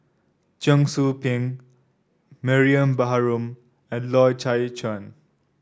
Cheong Soo Pieng Mariam Baharom and Loy Chye Chuan